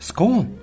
Scorn